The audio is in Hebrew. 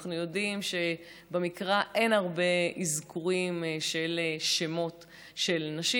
אנחנו יודעים שבמקרא אין הרבה אזכורים של שמות נשים.